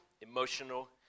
emotional